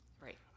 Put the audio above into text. Right